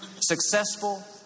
successful